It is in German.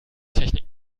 technik